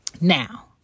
Now